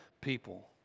people